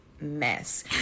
mess